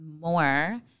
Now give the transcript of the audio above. more